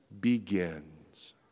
begins